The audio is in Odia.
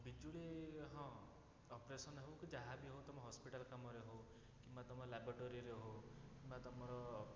ବିଜୁଳି ହଁ ଅପରେସନ୍ ହେଉ କି ଯାହା ବି ହଉ ତୁମ ହସ୍ପିଟାଲ କାମରେ ହଉ କିମ୍ବା ତୁମ ଲାବ୍ରୋଟୋରୀରେ ହଉ କିମ୍ବା ତୁମର